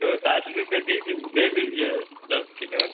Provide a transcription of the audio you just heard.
तो साठ रुपये दे दीजिए दे दीजिए दस किलो